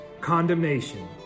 condemnation